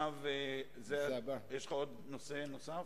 יש לך נושא נוסף?